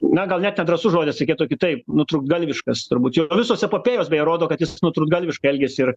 na gal net ne drąsus žodis sakyt o kitaip nutrūktgalviškas turbūt visos epopėjos beje rodo kad jis nutrūktgalviškai elgiasi ir